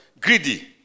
Greedy